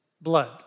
blood